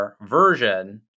version